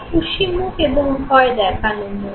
খুশি মুখ এবং ভয় দেখানো মুখ